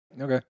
Okay